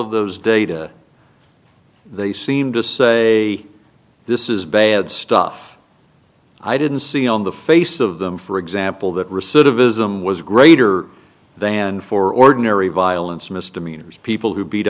of those data they seem to say this is bad stuff i didn't see on the face of them for example that recidivism was greater than for ordinary violence misdemeanors people who beat